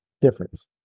difference